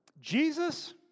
Jesus